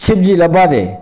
शिवजी लब्भा दे